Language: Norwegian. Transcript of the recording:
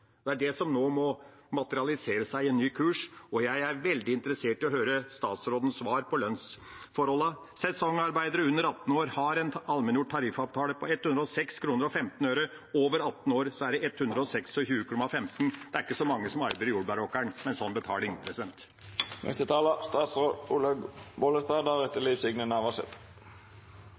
Det er det som nå må materialisere seg i en ny kurs, og jeg er veldig interessert i å høre statsrådens svar om lønnsforholdene. Sesongarbeidere under 18 år har en allmenngjort tariffavtale på 106,15 kr. Over 18 år er det 126,15 kr. Det er ikke så mange som arbeider i jordbæråkeren med en sånn betaling.